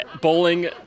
bowling